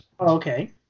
Okay